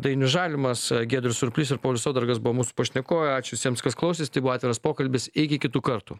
dainius žalimas giedrius surplys ir paulius saudargas buvo mūsų pašnekovai ačiū visiems kas klausėsi tai buvo atviras pokalbis iki kitų kartų